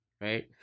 right